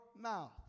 mouth